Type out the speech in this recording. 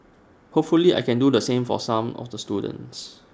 hopefully I can do the same for some of the students